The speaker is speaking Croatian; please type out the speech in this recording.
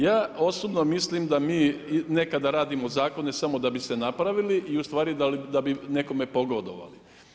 Ja osobno mislim da mi nekada radimo zakone samo da bi se napravili i da bi nekome pogodovali.